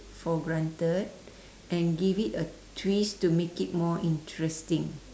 for granted and give it a twist to make it more interesting